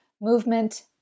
movement